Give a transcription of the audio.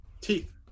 teeth